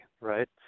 right